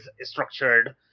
structured